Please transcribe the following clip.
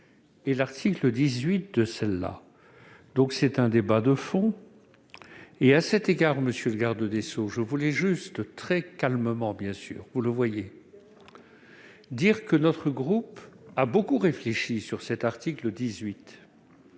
et l'article 18 du présent texte. C'est un débat de fond. À cet égard, monsieur le garde des sceaux, je voulais vous dire- très calmement, vous le voyez -que notre groupe a beaucoup réfléchi sur cet article 18.